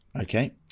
Okay